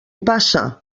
passa